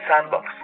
Sandbox